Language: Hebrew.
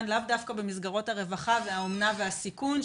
לאו דווקא במסגרות הרווחה והאומנה והסיכון,